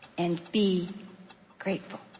and be grateful.